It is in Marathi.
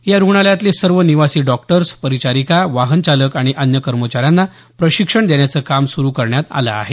या रुग्णालयातले सर्व निवासी डॉक्टर्स परिचारिका वाहन चालक आणि अन्य कर्मचाऱ्यांना प्रशिक्षण देण्याचं काम सुरू करण्यात आल आहे